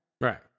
right